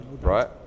right